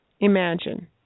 Imagine